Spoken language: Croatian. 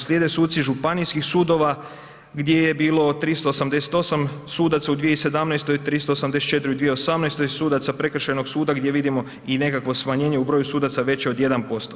Slijede suci županijskih sudova gdje je bilo 388 sudaca u 2017., u 384 u 2018. sudaca prekršajnog suda gdje vidimo i nekakvo smanjenje u broju sudaca veće od 1%